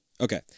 Okay